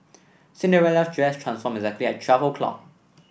Cinderella's dress transformed exactly at twelve o' clock